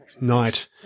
night